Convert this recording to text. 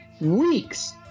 weeks